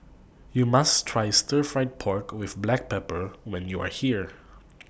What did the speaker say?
YOU must Try Stir Fried Pork with Black Pepper when YOU Are here